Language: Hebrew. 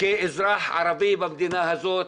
כאזרח ערבי במדינה הזאת,